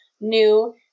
new